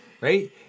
Right